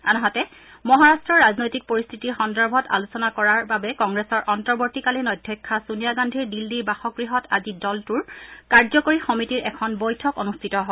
আনহাতে মহাৰাট্টৰ ৰাজনৈতিক পৰিস্থিতিৰ সন্দৰ্ভত আলোচনা কৰাৰ বাবে কংগ্ৰেছৰ অন্তৰ্বতীকালীন অধ্যক্ষা ছোনিয়া গান্ধীৰ দিল্লীৰ বাসগৃহত আজি দলটোৰ কাৰ্যকৰী সমিতিৰ এখন বৈঠক অনুষ্ঠিত হয়